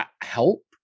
help